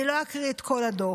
אני לא אקריא את כל הדוח,